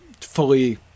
fully